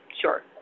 sure